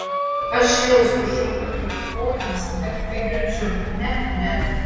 aš šėlstu šaukiu trypiu kojomis bet tegirdžiu ne ne